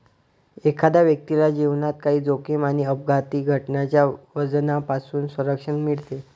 एखाद्या व्यक्तीला जीवनात काही जोखीम आणि अपघाती घटनांच्या वजनापासून संरक्षण मिळते